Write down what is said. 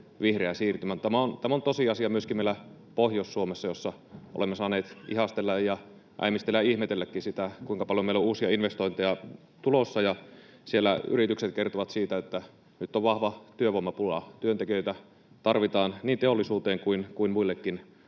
Tämä on tosiasia myöskin meillä Pohjois-Suomessa, jossa olemme saaneet ihastella ja äimistellä ja ihmetelläkin, kuinka paljon meille on uusia investointeja tulossa. Siellä yritykset kertovat, että nyt on vahva työvoimapula. Työntekijöitä tarvitaan niin teollisuuteen kuin muillekin